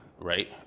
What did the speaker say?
right